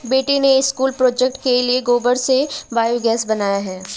बेटे ने school project के लिए गोबर से बायोगैस बनाया है